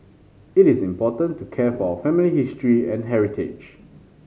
it's important to care for our family history and heritage